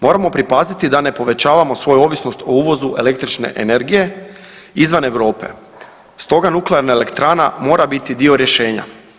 Moramo pripaziti da ne povećavamo svoju ovisnost o uvozu električne energije izvan Europe, stoga nuklearna elektrana mora biti dio rješenja.